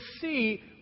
see